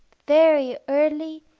very early,